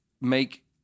make